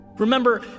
Remember